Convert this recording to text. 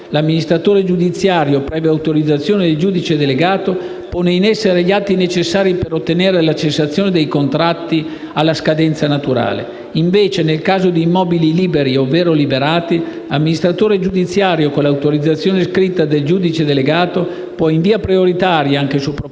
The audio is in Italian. l'amministratore giudiziario, previa autorizzazione del giudice delegato, pone in essere gli atti necessari per ottenere la cessazione dei contratti alla scadenza naturale. Invece, nel caso di immobili liberi ovvero liberati, l'amministratore giudiziario, con l'autorizzazione scritta del giudice delegato, può in via prioritaria, anche su proposta